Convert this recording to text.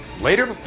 Later